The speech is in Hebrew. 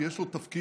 כי יש לו תפקיד,